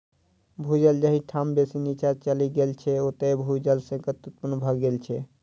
भू जल जाहि ठाम बेसी नीचाँ चलि गेल छै, ओतय भू जल संकट उत्पन्न भ गेल छै